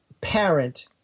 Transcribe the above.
parent